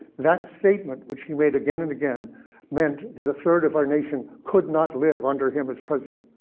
that statement which he made again and again meant that a third of our nation could not live under him as president.